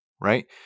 right